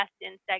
insects